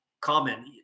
common